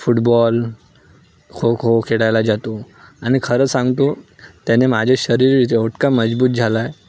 football kho kho खेळायला जातो आणि खरं सांगतो त्याने माझे शरीर इतकं मजबूत झालं आहे